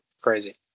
crazy